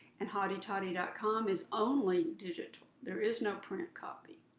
and hottytoddy dot com is only digital, there is no print copy.